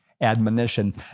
admonition